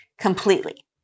completely